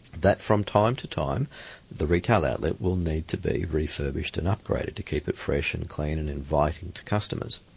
that from time to time the retail outlet will need to be refurbished and upgraded to keep it fresh and clean and inviting to customers.